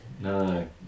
No